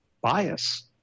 bias